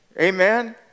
Amen